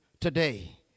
today